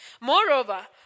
Moreover